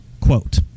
quote